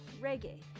reggae